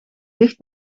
dicht